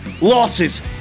losses